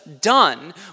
done